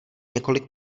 několik